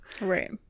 Right